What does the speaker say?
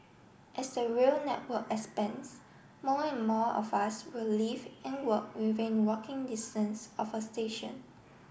as the rail network expands more and more of us will live and work within walking distance of a station